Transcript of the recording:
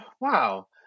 Wow